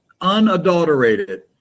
unadulterated